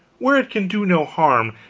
where it can do no harm,